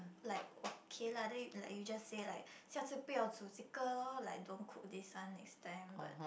like okay lah then you like you just say like 下次不要煮这个 lor like don't cook this one next time but